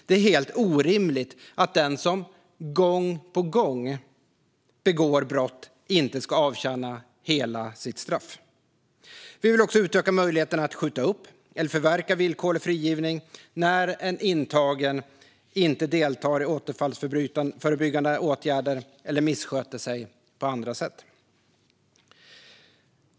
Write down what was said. Det är helt orimligt att den som gång på gång begår brott inte ska avtjäna hela sitt straff. Vi vill också utöka möjligheterna att skjuta upp eller förverka villkorlig frigivning när en intagen inte deltar i återfallsförebyggande åtgärder eller missköter sig på andra sätt.